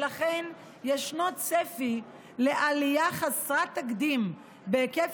לכן ישנו צפי לעלייה חסרת תקדים בהיקף